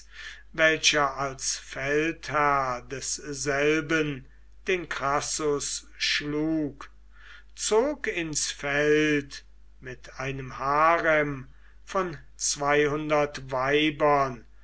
welcher als feldherr desselben den crassus schlug zog ins feld mit einem harem von weibern